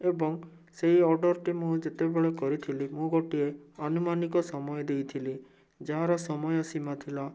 ଏବଂ ସେହି ଅର୍ଡ଼ର୍ଟି ମୁଁ ଯେତେବେଳେ କରିଥିଲି ମୁଁ ଗୋଟିଏ ଆନୁମାନିକ ସମୟ ଦେଇଥିଲି ଯାହାର ସମୟ ସୀମା ଥିଲା